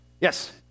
Yes